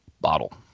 bottle